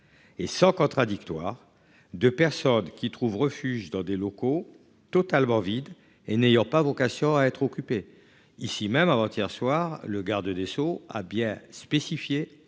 Et 100 contradictoire de personnes qui trouvent refuge dans des locaux totalement vide et n'ayant pas vocation à être occupé ici même avant-hier soir le garde des Sceaux a bien spécifié.